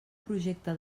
projecte